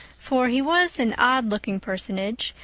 for he was an odd-looking personage,